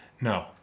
No